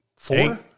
Four